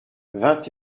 vingt